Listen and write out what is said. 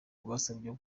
rwasabye